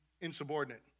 Insubordinate